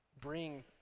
bring